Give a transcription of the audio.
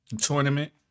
Tournament